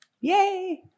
Yay